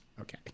okay